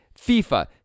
FIFA